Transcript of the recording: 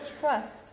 trust